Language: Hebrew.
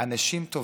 של אנשים טובים,